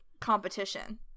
competition